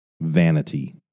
vanity